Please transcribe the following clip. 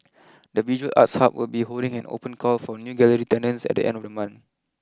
the visual arts hub will be holding an open call for new gallery tenants at the end of the month